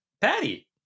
Patty